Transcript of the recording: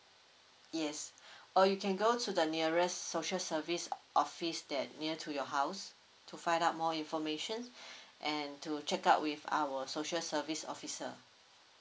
yes or you can go to the nearest social service office that near to your house to find out more information and to check out with our social service officer